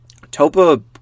Topa